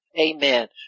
Amen